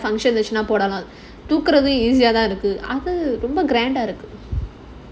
function தூக்குறது:thoongurathu grand ah இருக்கு:irukku